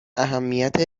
اهمیت